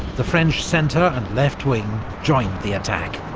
the french centre and left wing joined the attack.